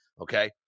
Okay